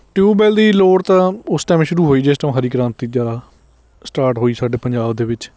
tubewell ਦੀ ਲੋੜ ਤਾਂ ਉਸ ਟੈਮ ਸ਼ੁਰੂ ਹੋਈ ਜਿਸ ਟੈਮ ਹਰੀ ਕ੍ਰਾਂਤੀ ਜ਼ਿਆਦਾ ਸਟਾਰਟ ਹੋਈ ਸਾਡੇ ਪੰਜਾਬ ਦੇ ਵਿੱਚ